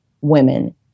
women